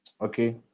okay